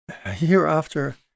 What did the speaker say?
hereafter